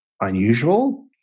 unusual